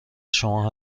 شما